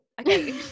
okay